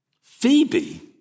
Phoebe